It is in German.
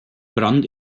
brand